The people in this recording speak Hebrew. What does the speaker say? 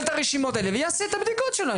את הרשימות האלה ויעשה את הבדיקות שלו.